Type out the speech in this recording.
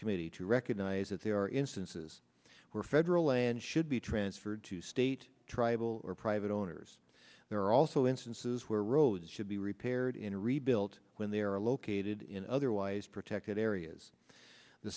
committee to recognize that there are instances where federal land should be transferred to state tribal or private owners there are also instances where roads should be repaired in a rebuilt when they are located in otherwise protected areas the